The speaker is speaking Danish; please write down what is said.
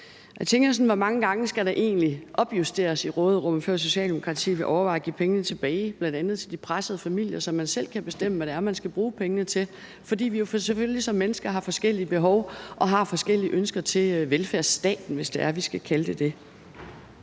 Jeg tænker: Hvor mange gange skal råderummet egentlig opjusteres, før Socialdemokratiet vil overveje at give pengene tilbage, bl.a. til de pressede familier, så man selv kan bestemme, hvad man vil bruge pengene til? For vi har selvfølgelig som mennesker forskellige behov og forskellige ønsker til velfærdsstaten, hvis vi skal kalde den det.